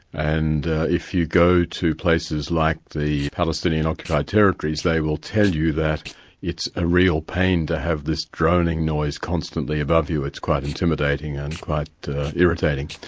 and if you go to places like the palestinian occupied territories, they will tell you that it's a real pain to have this droning noise constantly above you, it's quite intimidating and quite irritating.